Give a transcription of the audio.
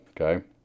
Okay